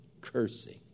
cursing